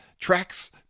tracks